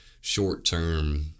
short-term